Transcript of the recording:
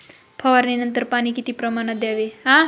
फवारणीनंतर पाणी किती प्रमाणात द्यावे?